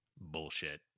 bullshit